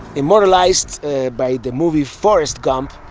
immortalized by the movie forrest gump.